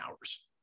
hours